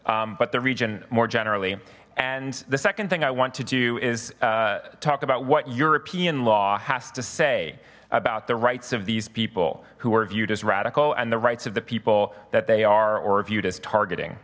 particular but the region more generally and the second thing i want to do is talk about what european law has to say about the rights of these people who were viewed as radical and the rights of the people that they are or viewed as targeting